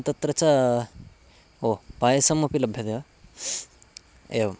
तत्र च ओ पायसमपि लभ्यते वा एवं